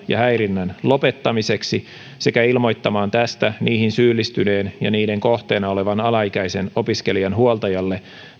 ja häirinnän lopettamiseksi sekä ilmoittamaan tästä niihin syyllistyneen ja niiden kohteena olevan alaikäisen opiskelijan huoltajalle